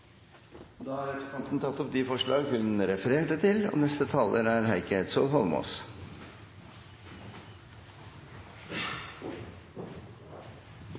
Da har representanten Marit Arnstad tatt opp de forslagene hun refererte til.